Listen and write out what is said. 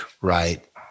right